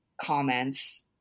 comments